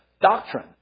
doctrine